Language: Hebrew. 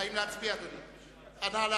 האם להצביע, אדוני?